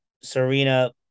Serena